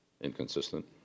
inconsistent